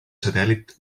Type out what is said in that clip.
satèl·lit